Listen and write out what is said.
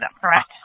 correct